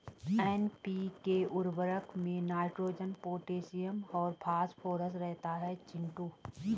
NPK उर्वरक में nitrogen potassium और फास्फोरस रहता है चिंटू